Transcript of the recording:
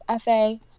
fa